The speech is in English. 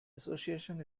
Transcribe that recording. association